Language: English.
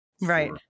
right